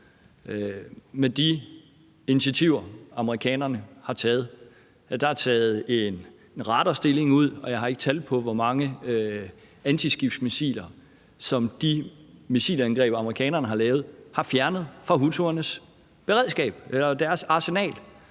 med de initiativer, amerikanerne har taget. Der er taget en radarstilling ud, og jeg har ikke tal på, hvor mange antiskibsmissiler de missilangreb, amerikanerne har lavet, har fjernet fra houthiernes arsenal.